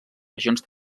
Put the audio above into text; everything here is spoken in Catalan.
regions